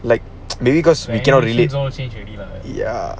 like maybe because we cannot relate ya